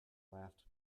laughed